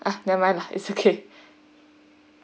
ah never mind lah it's okay